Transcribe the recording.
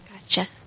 Gotcha